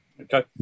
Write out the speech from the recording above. Okay